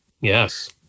Yes